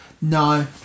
no